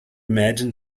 imagine